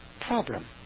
problem